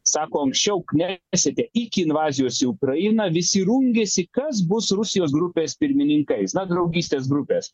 sako anksčiau knesete iki invazijos į ukrainą visi rungėsi kas bus rusijos grupės pirmininkais na draugystės grupės